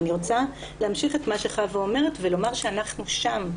אני רוצה להמשיך את מה שחוה אומרת ולהגיד שאנחנו שם,